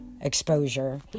exposure